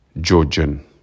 Georgian